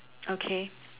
okay